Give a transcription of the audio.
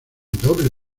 doble